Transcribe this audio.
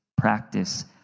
practice